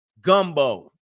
Gumbo